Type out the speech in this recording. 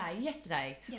yesterday